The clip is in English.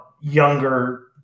younger